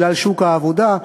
בגלל שוק העבודה,